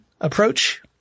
approach